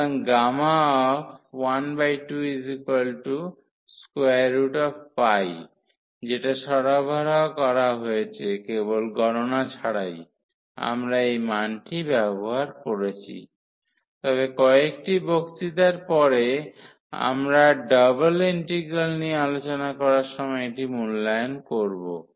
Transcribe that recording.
সুতরাং 12 যেটা সরবরাহ করা হয়েছে কেবল গণনা ছাড়াই আমরা এই মানটি ব্যবহার করেছি তবে কয়েকটি বক্তৃতার পরে আমরা ডাবল ইন্টিগ্রালগুলি নিয়ে আলোচনা করার সময় এটি মূল্যায়ন করব